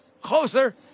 closer